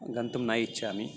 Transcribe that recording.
गन्तुं न इच्छामि